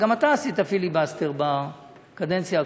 גם אתה עשית פיליבסטר בקדנציה הקודמת.